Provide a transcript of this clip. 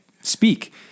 speak